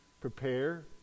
prepare